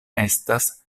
estas